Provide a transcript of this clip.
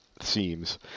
seems